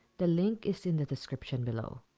the link is in the description below.